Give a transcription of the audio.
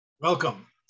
Welcome